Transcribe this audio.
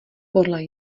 podle